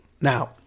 now